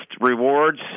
rewards